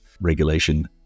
regulation